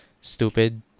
stupid